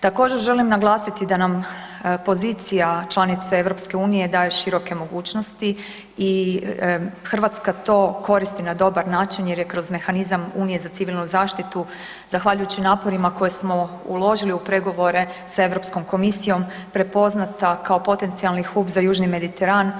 Također želim naglasiti da nam pozicija članice EU daje široke mogućnosti i Hrvatska to koristi na dobar način jer je kroz mehanizam Unije za civilnu zaštitu zahvaljujući naporima koje smo uložili u pregovore sa Europskom komisijom prepoznata kao potencijalni … za Južni Mediteran